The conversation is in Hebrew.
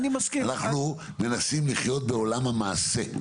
אנחנו מנסים לחיות בעולם המעשה.